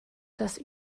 das